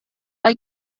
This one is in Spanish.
hay